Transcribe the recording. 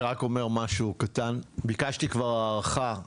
המליאה נפתחת בשעה 11:00. ביקשתי כבר הארכה,